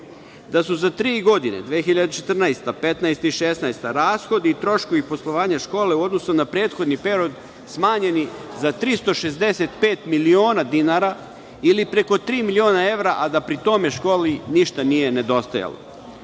da su za tri godine 2014., 2015, 2016. rashodi i troškovi poslovanja škole u odnosu na prethodni period smanjeni za 365 miliona dinara ili preko tri miliona evra, a da pri tome školi ništa nije nedostajalo.U